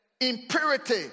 impurity